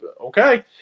Okay